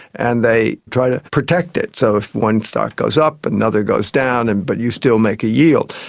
and they try to protect it. so if one stock goes up, another goes down, and but you still make a yield.